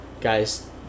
Guys